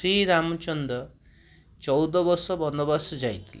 ଶ୍ରୀରାମଚନ୍ଦ୍ର ଚଉଦବର୍ଷ ବନବାସ ଯାଇଥିଲେ